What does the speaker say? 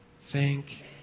Thank